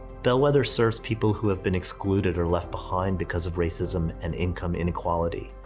bellwether serves people who have been excluded or left behind because of racism and income inequality.